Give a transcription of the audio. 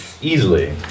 easily